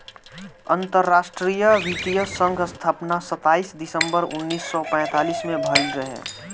अंतरराष्ट्रीय वित्तीय संघ स्थापना सताईस दिसंबर उन्नीस सौ पैतालीस में भयल रहे